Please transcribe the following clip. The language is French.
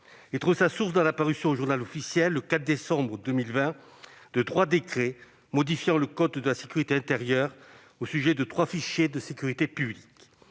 Il trouve sa source dans la parution au, le 4 décembre 2020, de trois décrets modifiant le code de la sécurité intérieure au sujet de trois fichiers de sécurité publique.